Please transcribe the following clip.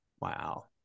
Wow